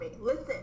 Listen